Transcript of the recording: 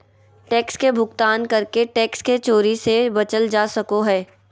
tax के भुगतान करके टैक्स के चोरी से बचल जा सको हय